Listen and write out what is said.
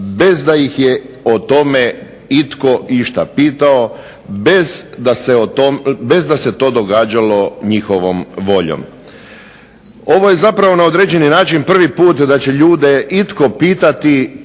bez da ih je o tome itko išta pitao, bez da se to događalo njihovom voljom. Ovo je zapravo na određeni način prvi put da će ljude itko pitati